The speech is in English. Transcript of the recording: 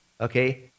Okay